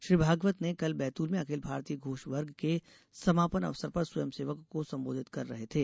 श्री भागवत ने कल बैतूल में अखिल भारतीय घोष वर्ग के समापन अवसर पर स्वयसेवकों को संबोधित कर रहे थे